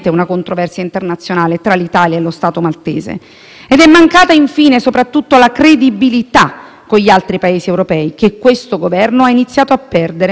gli altri Paesi europei, che questo Governo ha iniziato a perdere quando il Gruppo di Visegrád, amatissimo dal nostro Governo, ci ha messo nell'angolo proprio sul tema dell'immigrazione.